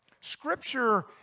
Scripture